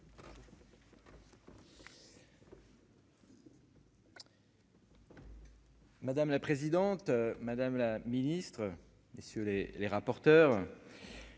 Madame la présidente, madame la ministre, messieurs les les rapporteurs,